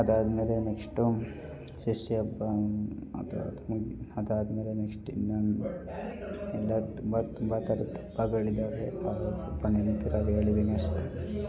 ಅದಾದ್ಮೇಲೆ ನೆಕ್ಸ್ಟು ಷಷ್ಠಿ ಹಬ್ಬ ಅದಾದ್ಮೇಲೆ ಅದಾದ್ಮೇಲೆ ನೆಕ್ಸ್ಟ್ ಇನ್ನೊಂದು ಇನ್ನೂ ತುಂಬ ತುಂಬ ಥರದ ಹಬ್ಬಗಳಿದ್ದಾವೆ ಅದ್ರಲ್ಲಿ ಸ್ವಲ್ಪ ನೆನ್ಪಿರೋದು ಹೇಳಿದ್ದೀನಿ ಅಷ್ಟೇ